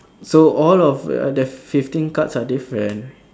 so all of the fifteen cards are different